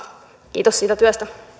kiitos siitä työstä